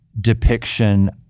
depiction